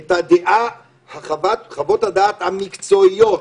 את חוות הדעת המקצועיות.